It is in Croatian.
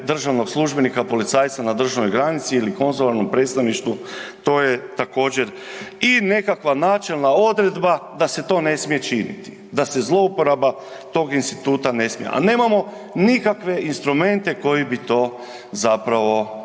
državnog službenika, policajca na državnoj granici ili konzularnom predstavništvu, to je također i nekakva načelna odredba da se to ne smije činiti, da se zlouporaba tog instituta ne smije, a nemamo nikakve instrumente koji bi to zapravo ovaj ili